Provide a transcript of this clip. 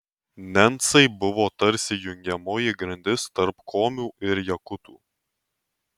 nencai buvo tarsi jungiamoji grandis tarp komių ir jakutų